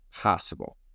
possible